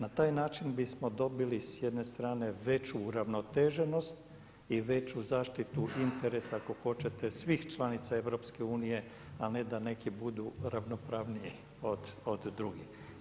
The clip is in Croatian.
Na taj način bismo dobili s jedne strane veću uravnoteženost i veću zaštitu interesa ako hoćete svih članica EU, a ne da neki budu ravnopravniji od drugih.